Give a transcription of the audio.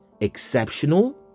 exceptional